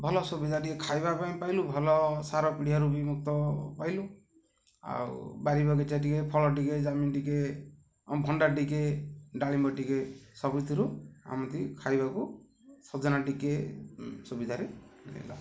ଭଲ ସୁବିଧା ଟିକେ ଖାଇବା ପାଇଁ ପାଇଲୁ ଭଲ ସାର ପିଡ଼ିଆରୁ ବି ମୁକ୍ତ ପାଇଲୁ ଆଉ ବାରି ବଗିଚା ଟିକେ ଫଳ ଟିକେ ଟିକେ ଭଣ୍ଡା ଟିକେ ଡାଳିମ୍ୱ ଟିକେ ସବୁଥିରୁ ଏମିତି ଖାଇବାକୁ ସଜନା ଟିକେ ସୁବିଧାରେ ମିଳିଲା